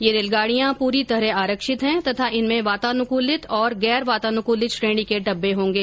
ये रेलगाड़ियां पूरी तरह आरक्षित है तथा इनमें वातानुकूलित और गैर वातानुकूलित श्रेणी के डिब्बे होगें